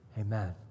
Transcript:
Amen